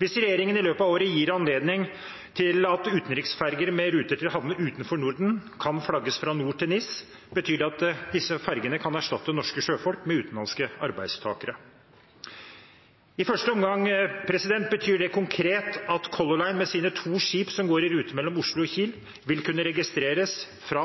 Hvis regjeringen i løpet av året gir anledning til at utenriksferger med ruter til havner utenfor Norden kan flagges fra NOR til NIS, betyr det at man på disse fergene kan erstatte norske sjøfolk med utenlandske arbeidstakere. I første omgang betyr det konkret at Color Line med sine to skip som går i rute mellom Oslo og Kiel, vil kunne registreres fra